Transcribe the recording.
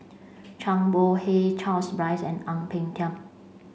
Chang Bohe Charles Dyce and Ang Peng Tiam